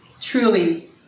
truly